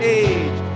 age